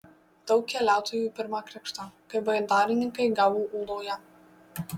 daug keliautojų pirmą krikštą kaip baidarininkai gavo ūloje